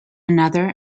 another